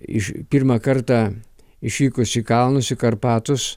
iš pirmą kartą išvykus į kalnus į karpatus